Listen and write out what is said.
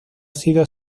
sido